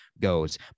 goes